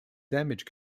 damage